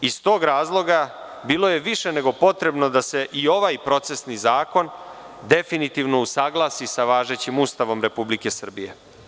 Iz tog razloga bilo je više nego potrebno da se i ovaj procesni zakon definitivno usaglasi sa važećim Ustavom Republike Srbije.